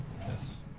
Yes